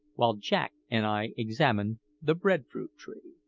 while jack and i examined the bread-fruit tree.